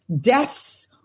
deaths